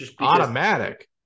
Automatic